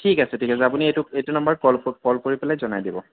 ঠিক আছে ঠিক আছে আপুনি এইটো এইটো নাম্বাৰত কল ক কল কৰি পেলাই জনাই দিব